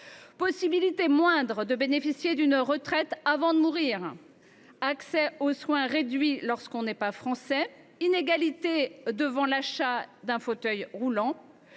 possibilité moindre de bénéficier d’une retraite avant de mourir, accès aux soins réduit lorsqu’on n’est pas français, inégalité devant l’achat d’un fauteuil roulant.